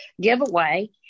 giveaway